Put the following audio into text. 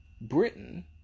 Britain